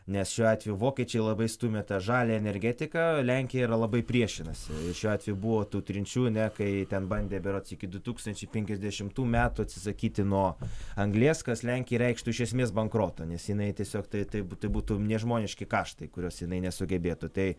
nes šiuo atveju vokiečiai labai stumia tą žalią energetiką lenkija yra labai priešinasi šiuo atveju buvo tų trinčių ne kai ten bandė berods iki du tūkstančiai penkiasdešimtų metų atsisakyti nuo anglies kas lenkijai reikštų iš esmės bankrotą nes jinai tiesiog tai tai būt tai būtų nežmoniški kaštai kuriuos jinai nesugebėtų tai